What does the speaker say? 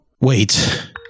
Wait